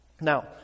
Now